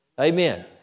Amen